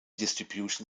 distribution